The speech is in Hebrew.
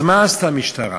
אז מה עשתה המשטרה?